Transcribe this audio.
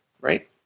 right